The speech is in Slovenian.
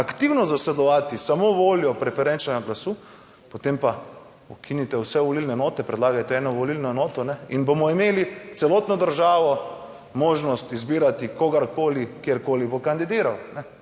aktivno zasledovati samo voljo preferenčnega glasu, potem pa ukinite vse volilne enote, predlagajte eno volilno enoto in bomo imeli celotno državo, možnost izbirati kogarkoli, kjerkoli bo kandidiral,